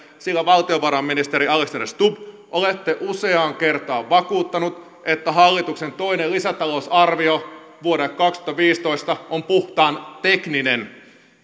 sillä valtiovarainministeri alexander stubb olette useaan kertaan vakuuttanut että hallituksen toinen lisätalousarvio vuodelle kaksituhattaviisitoista on puhtaan tekninen